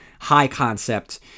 high-concept